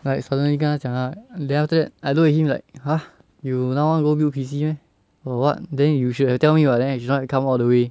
like suddenly 跟他讲 lah then after that I look at him like !huh! you now want to go build P_C meh for what then you should have tell me [what] then I shouldn't have come all the way